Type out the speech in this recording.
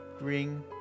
ring